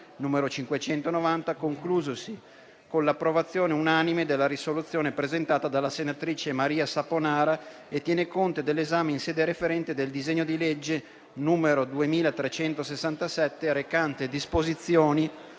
n. 590, conclusosi con l'approvazione unanime della risoluzione presentata dalla senatrice Maria Saponara e tiene conto dell'esame in sede referente del disegno di legge n. 2367 recante disposizioni